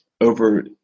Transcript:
over